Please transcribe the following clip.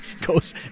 Goes